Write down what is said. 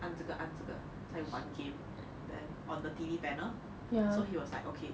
按这个按这个在玩 game then on the T_V panel so he was just like okay